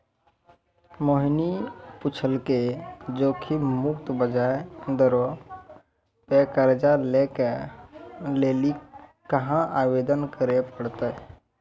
मोहिनी पुछलकै जोखिम मुक्त ब्याज दरो पे कर्जा लै के लेली कहाँ आवेदन करे पड़तै?